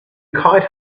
kite